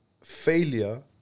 Failure